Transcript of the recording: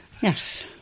Yes